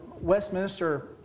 Westminster